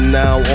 now